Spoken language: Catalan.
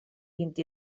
vint